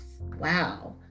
wow